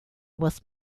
was